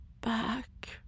back